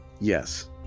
Yes